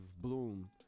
Bloom